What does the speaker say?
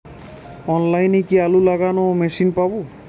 অনলাইনে কি আলু লাগানো মেশিন পাব?